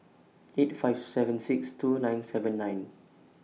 eight five seven six two nine seven nine